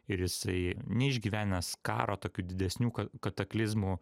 ir jisai neišgyvenęs karo tokių didesnių kataklizmų